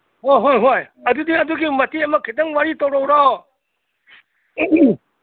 ꯑꯣ ꯍꯣꯏ ꯍꯣꯏ ꯑꯗꯨꯗꯤ ꯑꯗꯨꯒꯤ ꯃꯇꯦꯛ ꯑꯃ ꯈꯤꯇꯪ ꯋꯥꯔꯤ ꯇꯧꯔꯛꯎꯔꯣ